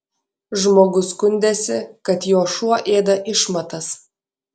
žmogus skundėsi kad jo šuo ėda išmatas